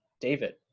David